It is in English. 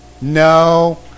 No